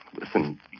Listen